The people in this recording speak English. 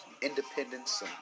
independence